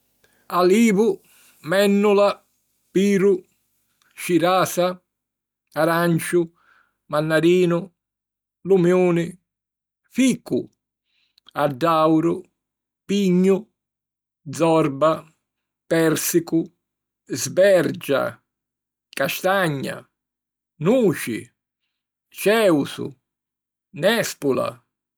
alivu, mènnula, piru, cirasa, aranciu, mannarinu, lumiuni, ficu, addauru, pignu, zorba, pèrsicu, sbergia, castagna, nuci, cèusu, nèspula